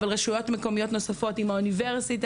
אבל גם רשויות מקומיות נוספות ואת האוניברסיטה.